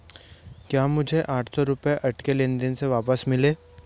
क्या मुझे आठ सौ रुपये अटके लेन देन से वापस मिले